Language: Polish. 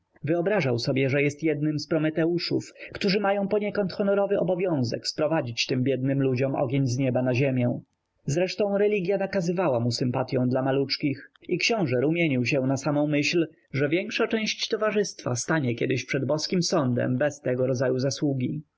wyobrażał sobie że jest jednym z prometeuszów którzy mają poniekąd honorowy obowiązek sprowadzić tym biednym ludziom ogień z nieba na ziemię zresztą religia nakazywała mu sympatyą dla maluczkich i książe rumienił się na samę myśl że większa część towarzystwa stanie kiedyś przed boskim sądem bez tego rodzaju zasługi